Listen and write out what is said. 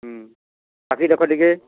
ହୁଁ ଚାଖି ଦେଖ ଟିକେ